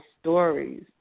stories